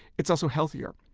it's also healthier.